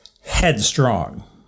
headstrong